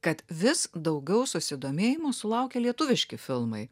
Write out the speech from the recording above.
kad vis daugiau susidomėjimo sulaukia lietuviški filmai